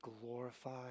glorify